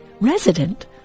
resident